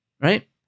right